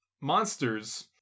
monsters